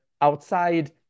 outside